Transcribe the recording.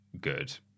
good